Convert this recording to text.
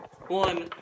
one